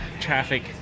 traffic